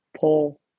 pull